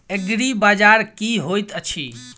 एग्रीबाजार की होइत अछि?